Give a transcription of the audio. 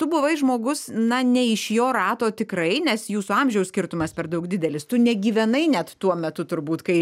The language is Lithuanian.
tu buvai žmogus na ne iš jo rato tikrai nes jūsų amžiaus skirtumas per daug didelis tu negyvenai net tuo metu turbūt kai